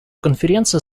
конференция